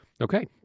Okay